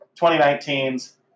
2019's